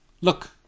Look